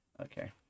okay